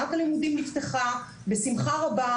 שנת הלימודים נפתחה בשמחה רבה,